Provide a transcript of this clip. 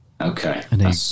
Okay